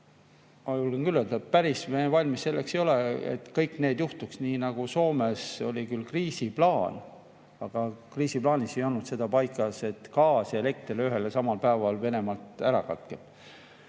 ma julgen küll öelda, et päris valmis me selleks ei ole, et meil ei juhtu nii nagu Soomes: oli küll kriisiplaan, aga kriisiplaanis ei olnud seda paigas, et gaas ja elekter ühel ja samal päeval Venemaalt [tulemata